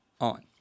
on